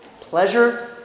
pleasure